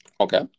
Okay